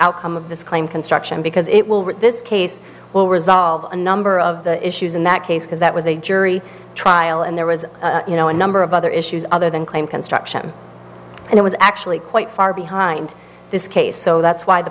outcome of this claim construction because it will read this case will resolve a number of the issues in that case because that was a jury trial and there was you know a number of other issues other than claim construction and it was actually quite far behind this case so that's why the